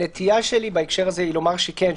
הנטייה שלי בהקשר הזה לומר שכן,